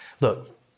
look